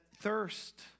thirst